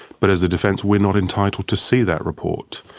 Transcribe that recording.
but as the defence we are not entitled to see that report.